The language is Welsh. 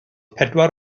pedwar